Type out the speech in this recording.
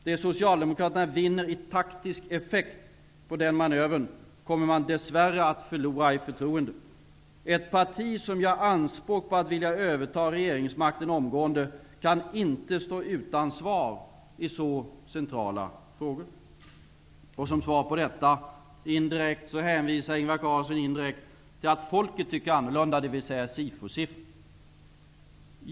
Det Socialdemokraterna vinner i taktisk effekt på den manövern kommer man dess värre att förlora i förtroende. Ett parti som gör anspråk på att vilja överta regeringsmakten omgående kan inte stå utan svar i så centrala frågor.'' Som ett indirekt svar på detta hänvisar Ingvar Carlsson till Sifo-siffror och menar att folket tycker annorlunda.